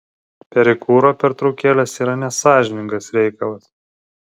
perikūro pertraukėlės yra nesąžiningas reikalas